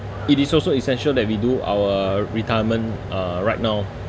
it is also essential that we do our retirement uh right now